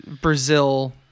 Brazil